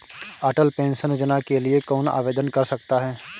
अटल pension Yojana के लिए कौन आवेदन कर सकता है?